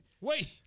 Wait